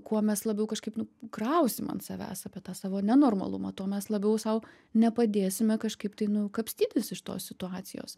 kuo mes labiau kažkaip nu krausim ant savęs apie tą savo nenormalumą tuo mes labiau sau nepadėsime kažkaip tai nu kapstytis iš tos situacijos